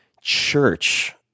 church